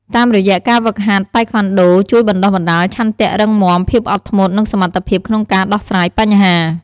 តាមរយៈការហ្វឹកហាត់ តៃក្វាន់ដូជួយបណ្តុះបណ្តាលឆន្ទៈរឹងមាំ ភាពអត់ធ្មត់ និងសមត្ថភាពក្នុងការដោះស្រាយបញ្ហា។